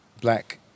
black